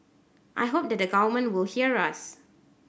I hope that the government will hear us